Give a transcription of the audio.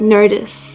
Notice